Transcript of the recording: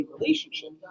relationship